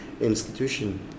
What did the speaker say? institution